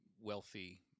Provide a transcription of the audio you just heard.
wealthy